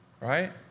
right